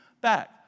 back